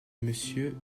monsieur